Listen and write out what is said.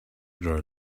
grow